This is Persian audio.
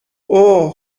اوه